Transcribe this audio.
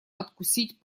откусить